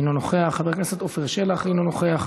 אינו נוכח, חבר הכנסת עפר שלח, אינו נוכח,